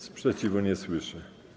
Sprzeciwu nie słyszę.